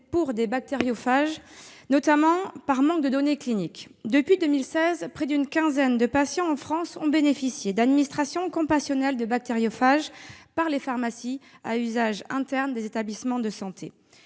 pour des bactériophages, notamment par manque de données cliniques. Depuis 2016, près d'une quinzaine de patients en France ont bénéficié d'administration compassionnelle de bactériophages par les pharmacies à usage interne des établissements de santé.